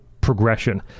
progression